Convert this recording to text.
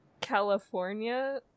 California